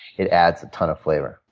it adds a ton of flavor.